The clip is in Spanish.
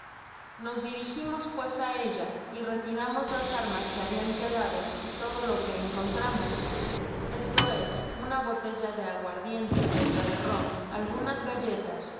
nos dirigimos pues á ella y retiramos las armas que habian quedado y todo lo que encontramos esto es una botella de aguardiente y otra de rom algunas galletas